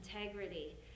integrity